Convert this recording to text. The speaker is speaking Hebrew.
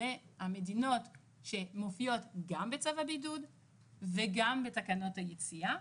זה המדינות שמופיעות גם בצו הבידוד וגם בתקנות היציאה,